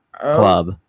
club